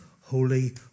Holy